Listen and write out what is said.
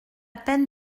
peine